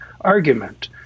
argument